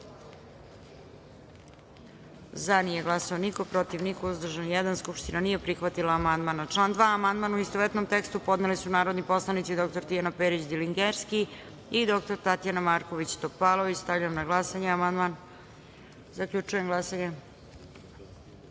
glasanje: za – niko, protiv – niko, uzdržan – jedan. Skupština nije prihvatila ovaj amandman. Na član 2. amandman, u istovetnom tekstu, podneli su narodni poslanici dr Tijana Perić Diligenski i dr Tatjana Marković Topalović. Stavljam na glasanje amandman. Zaključujem glasanje: